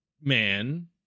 man